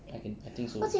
I can I think so